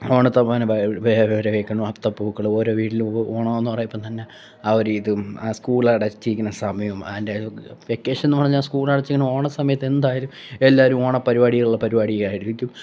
ഓണത്തപ്പനെ വരവേൽക്കണം അത്തപൂക്കളം ഓരോ വീട്ടിലും ഓണമെന്ന് പറയുമ്പം തന്നെ ആ ഒരു ഇതും ആ സ്കൂൾ അടച്ചിരിക്കുന്ന സമയവും അതിൻ്റെ വെക്കേഷൻ എന്നു പറഞ്ഞാൽ സ്കൂൾ അടച്ചിരിക്കുന്ന ഓണസമയത്ത് എന്തായാലും എല്ലാവരും ഓണപ്പരിപാടികളിൽ ഓണപ്പരിപാടിയിലായിരിക്കും